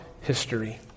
history